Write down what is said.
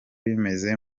bimeze